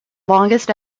longest